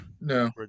No